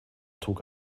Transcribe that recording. trug